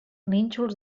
nínxols